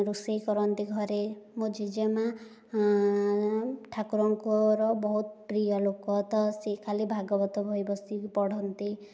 ରୋଷେଇ କରନ୍ତି ଘରେ ମୋ ଜେଜେମାଆ ଠାକୁରଙ୍କର ବହୁତ ପ୍ରିୟ ଲୋକ ତ ସିଏ ଖାଲି ଭାଗବତ ବହି ବସିକି ପଢ଼ନ୍ତି